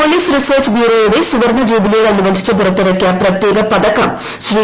police research ബ്യൂറോയുടെ സുവർണ ജൂബിലിയോട് അനുബന്ധിച്ച് പുറത്തിറക്കിയ പ്രത്യേക പതക്കം ശ്രീ